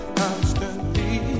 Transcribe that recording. constantly